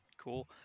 Cool